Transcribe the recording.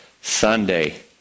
Sunday